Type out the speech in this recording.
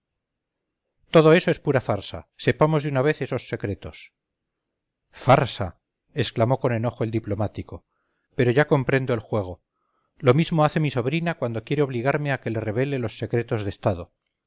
todo eso es pura farsa sepamos de una vez esos secretos farsa exclamó con enojo el diplomático peroya comprendo el juego lo mismo hace mi sobrina cuando quiere obligarme a que revele los secretos de estado